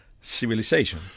civilization